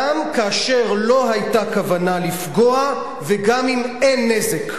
גם כאשר לא היתה כוונה לפגוע וגם אם אין נזק.